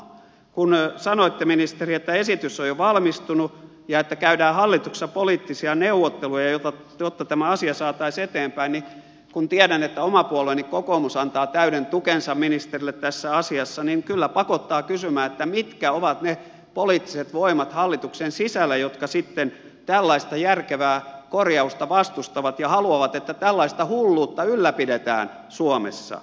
kun sanoitte ministeri että esitys on jo valmistunut ja että käydään hallituksessa poliittisia neuvotteluja jotta tämä asia saataisiin eteenpäin ja kun tiedän että oma puolueeni kokoomus antaa täyden tukensa ministerille tässä asiassa kyllä pakottaa kysymään mitkä ovat ne poliittiset voimat hallituksen sisällä jotka sitten tällaista järkevää korjausta vastustavat ja haluavat että tällaista hulluutta ylläpidetään suomessa